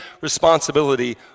responsibility